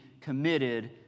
committed